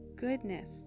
goodness